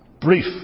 brief